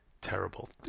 terrible